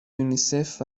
یونیسف